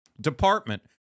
department